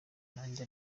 nanjye